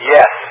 Yes